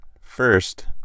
First